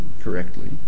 correctly